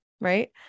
right